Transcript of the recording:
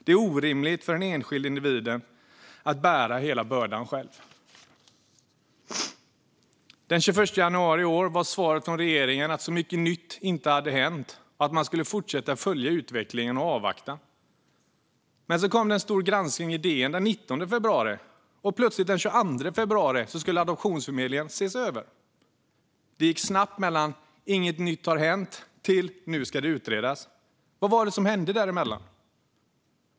Det är orimligt för den enskilda individen att bära hela bördan själv. Den 21 januari i år var svaret från regeringen att så mycket nytt inte hade hänt och att man skulle fortsätta att följa utvecklingen och avvakta. Men så kom en stor granskning i DN den 19 februari, och plötsligt, den 22 februari, skulle adoptionsförmedlingen ses över. Det gick snabbt mellan "inget nytt har hänt" till "nu ska det utredas". Vad var det som hände däremellan?